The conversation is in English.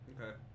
Okay